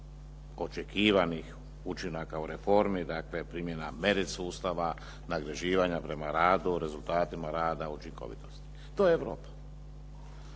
očekivanih učinaka u reformi, dakle primjena … /Govornik se ne razumije./ … nagrađivanja prema radu, rezultatima rada i učinkovitosti. To je Europa.